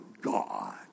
God